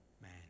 man